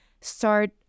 start